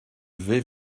vais